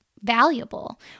valuable